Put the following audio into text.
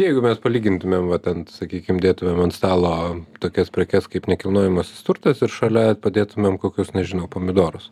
jeigu mes palygintumėm va ten sakykim dėtumėm ant stalo tokias prekes kaip nekilnojamasis turtas ir šalia padėtumėm kokius nežinau pomidorus